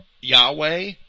Yahweh